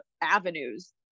avenues